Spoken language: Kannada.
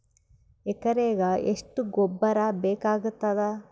ಎಕರೆಗ ಎಷ್ಟು ಗೊಬ್ಬರ ಬೇಕಾಗತಾದ?